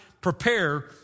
prepare